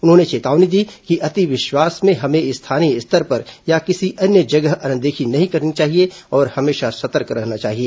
उन्होंने चेतावनी दी कि अति विश्वास में हमें स्थानीय स्तर पर या किसी अन्य जगह अनदेखी नहीं करनी चाहिए और हमेशा सतर्क रहना चाहिए